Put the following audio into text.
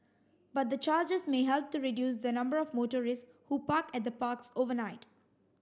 but the charges may help to reduce the number of motorists who park at the parks overnight